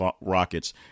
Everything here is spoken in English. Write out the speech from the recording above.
rockets